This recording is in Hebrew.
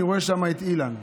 אני רואה שם את אילן.